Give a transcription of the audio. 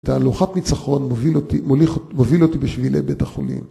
תהלוכת ניצחון מוביל אותי, מוליך, מוביל אותי בשבילי בית החולים